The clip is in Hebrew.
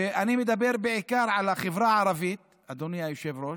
אני מדבר בעיקר על החברה הערבית, אדוני היושב-ראש,